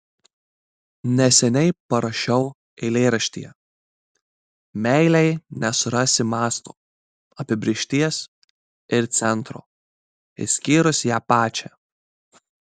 neseniai parašiau eilėraštyje meilei nesurasi masto apibrėžties ir centro išskyrus ją pačią